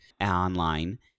online